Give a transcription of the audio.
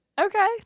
Okay